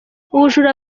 ubujura